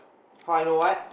how I know what